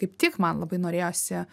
kaip tik man labai norėjosi